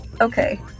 Okay